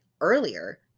earlier